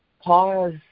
pause